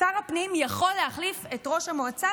שר הפנים יכול להחליף את ראש המועצה